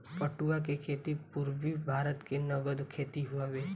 पटुआ के खेती पूरबी भारत के नगद खेती हवे